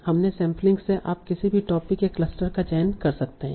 अपने सैंपलिंग से आप किसी भी टोपिक या क्लस्टर का चयन कर सकते हैं